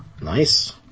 Nice